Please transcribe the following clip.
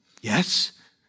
Yes